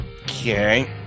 Okay